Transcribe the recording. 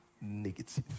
negative